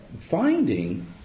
finding